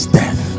death